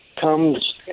comes